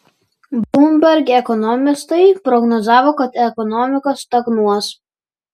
bloomberg ekonomistai prognozavo kad ekonomika stagnuos